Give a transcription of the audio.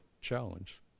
challenge